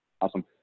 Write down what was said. Awesome